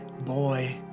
boy